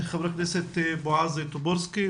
ח"כ בועז טופורובסקי,